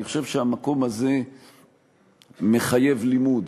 אני חושב שהמקום הזה מחייב לימוד.